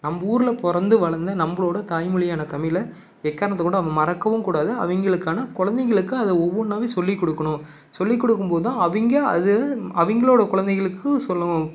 நம்ம ஊரில் பிறந்து வளர்ந்த நம்மளோட தாய்மொழியான தமிழை எக்காரணத்த கொண்டும் நம்ம மறக்கவும் கூடாது அவங்களுக்கான குழந்தைங்களுக்கு அதை ஒவ்வொன்னாவே சொல்லி கொடுக்கணும் சொல்லி கொடுக்கும் போது தான் அவங்க அது அவங்களோட குழந்தைகளுக்கு சொல்லணும்